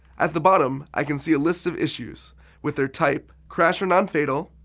at the bottom, i can see a list of issues with their type, crash or nonfatal,